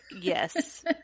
yes